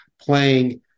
playing